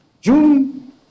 June